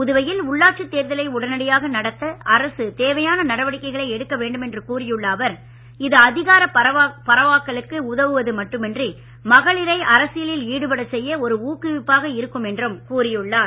புதுவையில் உள்ளாட்சித் தேர்தலை உடனடியாக நடத்த அரசு தேவையான நடவடிக்களை எடுக்க வேண்டும் என்று கூறியுள்ள அவர் இது அதிகாரப் பரவலாக்கலுக்கு உதவுவது மட்டுமன்றி மகளிரை அரசியலில் ஈடுபடச் செய்ய ஒரு ஊக்குவிப்பாக இருக்கும் என்று கூறியுள்ளார்